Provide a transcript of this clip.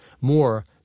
more